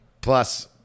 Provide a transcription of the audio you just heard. plus